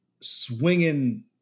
swinging